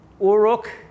Uruk